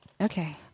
Okay